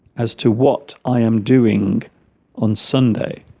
as to what i am doing on sunday